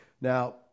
Now